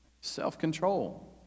self-control